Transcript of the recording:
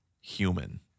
human